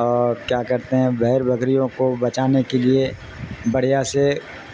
اور کیا کرتے ہیں بر بکریوں کو بچانے کے لیے بڑھیا سے